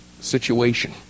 situation